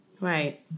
Right